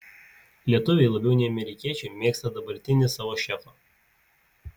lietuviai labiau nei amerikiečiai mėgsta dabartinį savo šefą